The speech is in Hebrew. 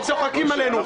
הם צוחקים עלינו.